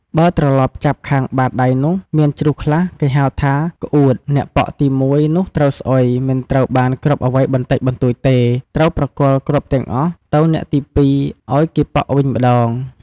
បើត្រឡប់ចាប់ខាងបាតដៃនោះ មានជ្រុះខ្លះគេហៅថា "ក្អួត" អ្នកប៉ក់ទី១ នោះត្រូវស្អុយ មិនត្រូវបានគ្រាប់អ្វីបន្តិចបន្តួចទេ ត្រូវប្រគល់គ្រាប់ទាំងអស់ទៅអ្នកទី ២ ឲ្យគេប៉ក់វិញម្ដង។